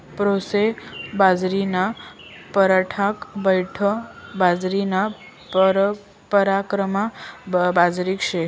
proso बाजरीना परकार बठ्ठा बाजरीना प्रकारमा बारीक शे